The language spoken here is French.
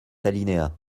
alinéa